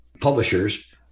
publishers